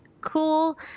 cool